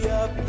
up